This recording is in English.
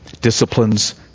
disciplines